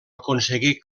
aconseguir